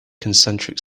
concentric